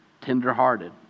tenderhearted